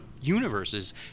universes